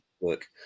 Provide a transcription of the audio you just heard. work